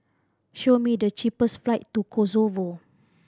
show me the cheapest flight to Kosovo